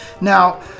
now